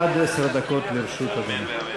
עד עשר דקות לרשות אדוני.